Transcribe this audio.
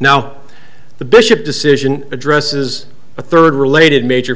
now the bishop decision addresses a third related major